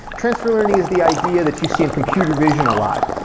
transfer learning is the idea that you see in computer vision a lot.